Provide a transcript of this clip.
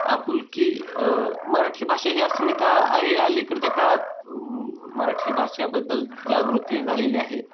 आपुलकी मराठी भाषा ही अस्मिता आहे अलीकडच्या काळात मराठी भाषेबद्दल जागृती झालेली आहे